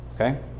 Okay